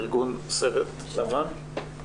ארגון סרט לבן.